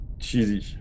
cheesy